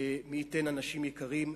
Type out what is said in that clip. מי ייתן, אנשים יקרים,